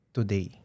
Today